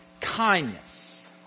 kindness